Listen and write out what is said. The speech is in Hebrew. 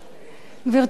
גברתי היושבת-ראש,